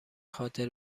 خاطر